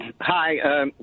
Hi